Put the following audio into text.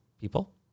people